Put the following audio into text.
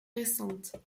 récente